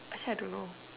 actually I don't know